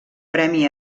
premi